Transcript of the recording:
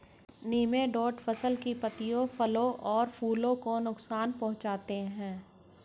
nematode फसल की पत्तियों फलों और फूलों को नुकसान पहुंचाते हैं